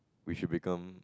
we should become